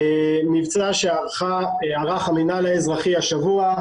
מבצע שערך המינהל האזרחי השבוע,